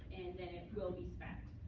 and then it will be spent.